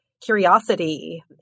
curiosity